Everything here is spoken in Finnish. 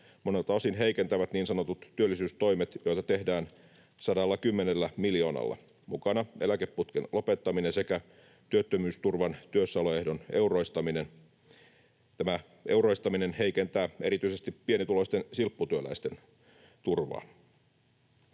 monelta osin heikentävät niin sanotut työllisyystoimet, joita tehdään 110 miljoonalla. Mukana ovat eläkeputken lopettaminen sekä työttömyysturvan työssäoloehdon euroistaminen. Tämä euroistaminen heikentää erityisesti pienituloisten silpputyöläisten turvaa.